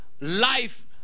life